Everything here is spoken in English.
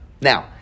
Now